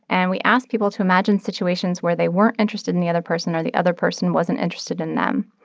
and we asked people to imagine situations where they weren't interested in the other person or the other person wasn't interested in them.